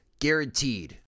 guaranteed